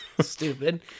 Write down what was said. Stupid